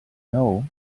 know